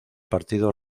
partido